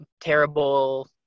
terrible